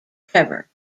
trevor